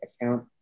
account